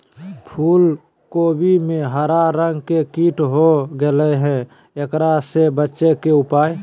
फूल कोबी में हरा रंग के कीट हो गेलै हैं, एकरा से बचे के उपाय?